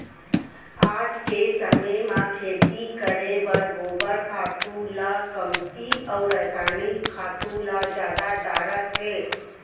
आज के समे म खेती करे बर गोबर खातू ल कमती अउ रसायनिक खातू ल जादा डारत हें